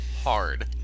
hard